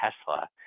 Tesla